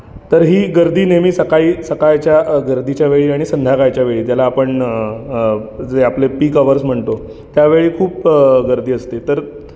तर ही गर्दी नेहमी सकाळी सकाळच्या गर्दीच्या वेळी आणि संध्याकाळच्या वेळी ज्याला आपण जे आपले पीक अवर्स म्हणतो त्यावेळी खूप गर्दी असते तर